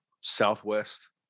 Southwest